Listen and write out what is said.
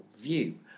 view